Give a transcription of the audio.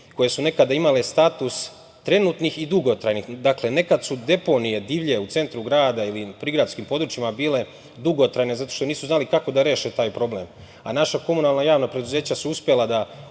koje su nekada imale status trenutnih i dugotrajnih. Dakle, nekad su deponije divlje u centru grada ili u prigradskim područjima bile dugotrajne zato što nisu znali kako da reše taj problem, a naša komunalna javna preduzeća su uspela da